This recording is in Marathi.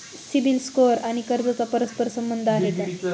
सिबिल स्कोअर आणि कर्जाचा परस्पर संबंध आहे का?